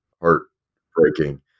heartbreaking